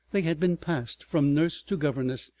they had been passed from nurse to governess,